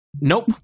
Nope